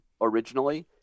originally